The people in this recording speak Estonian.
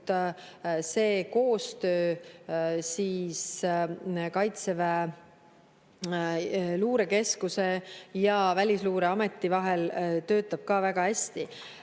koostöö Kaitseväe luurekeskuse ja Välisluureameti vahel toimib väga hästi.